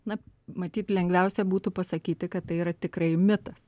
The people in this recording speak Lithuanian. na matyt lengviausia būtų pasakyti kad tai yra tikrai mitas